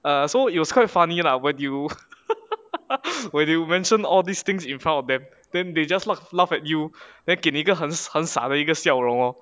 err so it was quite funny lah when you when you mention all these things in front of them then they just like laugh at you then 给你个很傻很傻的一个笑容 lor